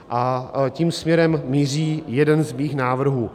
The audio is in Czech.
A tím směrem míří jeden z mých návrhů.